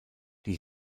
die